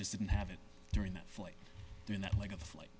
just didn't have it during that flight in that like a flight